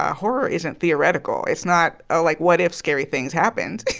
ah horror isn't theoretical. it's not, oh, like, what if scary things happened?